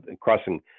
crossing